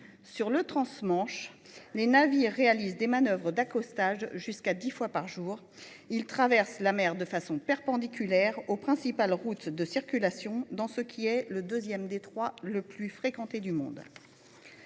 Sur le transmanche, les navires réalisent des manoeuvres d'accostage jusqu'à dix fois par jour et traversent la mer perpendiculairement aux principales routes de circulation, dans ce qui est le deuxième détroit le plus fréquenté au monde.